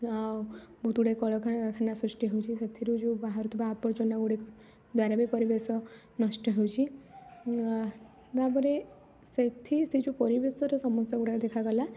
ବହୁତ ଗୁଡ଼ିଏ କଳକାରଖାନା ସୃଷ୍ଟି ହେଉଛି ସେଥିରୁ ଯୋଉ ବାହାରୁଥିବା ଆବର୍ଜନାଗୁଡ଼ିକ ଦ୍ୱାରା ବି ପରିବେଶ ନଷ୍ଟ ହେଉଛି ତା'ପରେ ସେଠି ସେ ଯୋଉ ପରିବେଶର ସମସ୍ୟାଗୁଡ଼ିକ ଦେଖାଗଲା